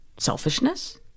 Selfishness